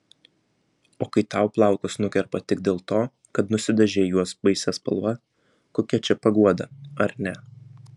o kai tau plaukus nukerpa tik dėl to kad nusidažei juos baisia spalva kokia čia paguoda ar ne